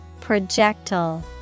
Projectile